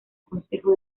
consejo